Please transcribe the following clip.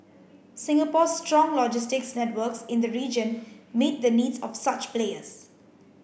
Singapore's strong logistics networks in the region meet the needs of such players